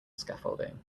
scaffolding